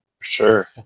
Sure